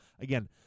again